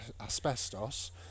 asbestos